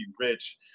Rich